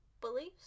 beliefs